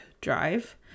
drive